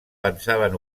pensaven